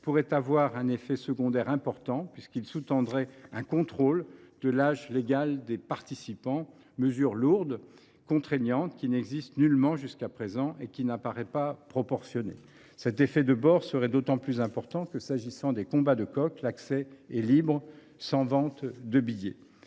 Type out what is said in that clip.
pourrait avoir un effet secondaire important, puisqu’elle sous tendrait un contrôle de l’âge légal des participants, mesure lourde, contraignante, qui n’existe – je le redis – nullement jusqu’à présent et qui n’apparaît pas proportionnée. Cet effet de bord serait d’autant plus marqué que, s’agissant des combats de coqs, l’accès est libre, sans vente de billets.